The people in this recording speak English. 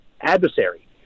adversary